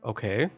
Okay